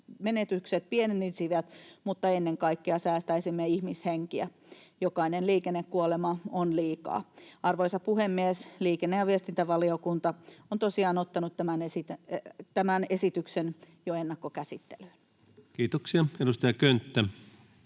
menetykset pienenisivät, mutta ennen kaikkea säästäisimme ihmishenkiä. Jokainen liikennekuolema on liikaa. Arvoisa puhemies! Liikenne- ja viestintävaliokunta on tosiaan ottanut tämän esityksen jo ennakkokäsittelyyn. Kiitoksia. — Edustaja Könttä